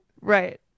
Right